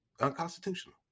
Unconstitutional